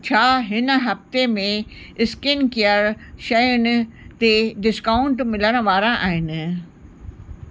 छा हिन हफ़्ते में स्किन केयर शयुनि ते के डिस्काउंट मिलण वारा आहिनि